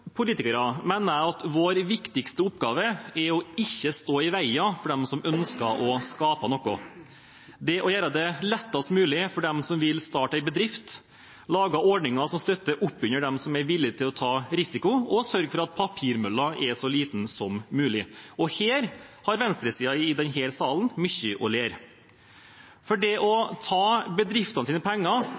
politikere er å ikke stå i veien for dem som ønsker å skape noe, gjøre det lettest mulig for dem som vil starte en bedrift, lage ordninger som støtter opp under dem som er villige til å ta risiko, og sørge for at papirmølla er så liten som mulig. Her har venstresiden i denne salen mye å lære. Det å ta bedriftenes penger